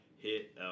Hit